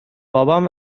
بابام